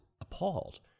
appalled